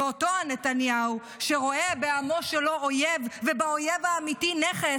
ואותו נתניהו שרואה בעמו שלו אויב ובאויב האמיתי נכס,